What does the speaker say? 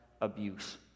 abuse